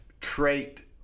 trait